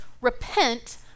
repent